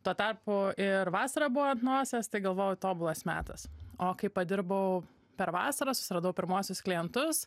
tuo tarpu ir vasarą buvo ant nosies tai galvojau tobulas metas o kai padirbau per vasarą susiradau pirmuosius klientus